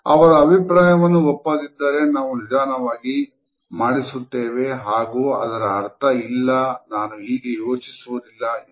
ಅವರ ಅಭಿಪ್ರಾಯವನ್ನು ಒಪ್ಪದಿದ್ದರೆ ನಾವು ನಿಧಾನವಾಗಿ ಮಾಡಿಸುತ್ತೇವೆ ಹಾಗೂ ಅದರ ಅರ್ಥ "ಇಲ್ಲ ನಾನು ಹೀಗೆ ಯೋಚಿಸುವುದಿಲ್ಲ ಎಂದು